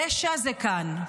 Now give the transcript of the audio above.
רשע זה כאן.